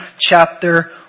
chapter